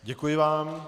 Děkuji vám.